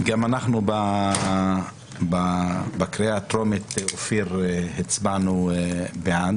גם אנחנו בקריאה הטרומית, אופיר, הצבענו בעד